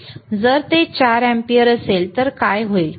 जर ते 4 अँपिअर असेल तर काय होईल